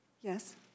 Yes